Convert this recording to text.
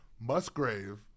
Musgrave